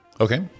Okay